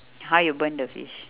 how you burn the fish